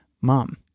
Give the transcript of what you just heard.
Mom